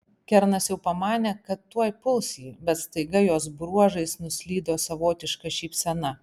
kernas jau pamanė kad tuoj puls jį bet staiga jos bruožais nuslydo savotiška šypsena